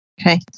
Okay